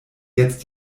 jetzt